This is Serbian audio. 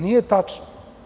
Nije tačno.